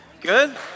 Good